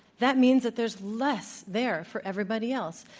that means that there's less there for everybody else.